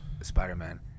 Spider-Man